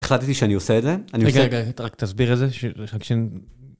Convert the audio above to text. החלטתי שאני עושה את זה אני, רק תסביר כדי שאנשים.